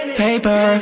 paper